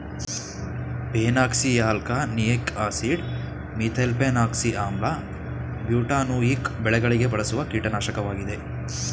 phenoxyalkanoic acid, methylphenoxy ಆಮ್ಲ, butanoic ಬೆಳೆಗಳಿಗೆ ಬಳಸುವ ಕೀಟನಾಶಕವಾಗಿದೆ